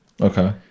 okay